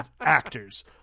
actors